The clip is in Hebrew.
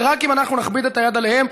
ורק אם נכביד את היד עליהם,